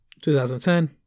2010